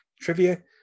trivia